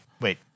Wait